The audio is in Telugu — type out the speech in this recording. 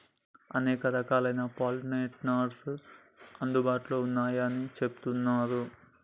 అనేక రకాలైన పాలినేటర్స్ అందుబాటులో ఉన్నయ్యని చెబుతున్నరు